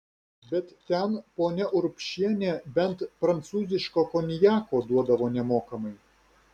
bet ten ponia urbšienė bent prancūziško konjako duodavo nemokamai